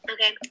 Okay